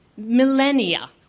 millennia